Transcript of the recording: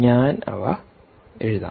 ഞാൻ അവ എഴുതാം